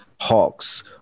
Hawks